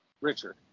Richard